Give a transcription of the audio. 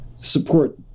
Support